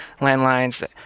landlines